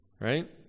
Right